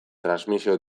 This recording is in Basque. transmisio